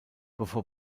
bevor